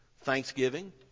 thanksgiving